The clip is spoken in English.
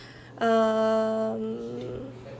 um